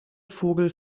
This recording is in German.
vogel